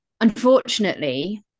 unfortunately